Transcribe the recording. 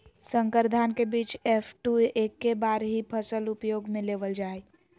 संकर धान के बीज एफ.टू एक्के बार ही फसल उपयोग में लेवल जा हइ